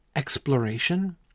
exploration